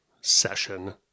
session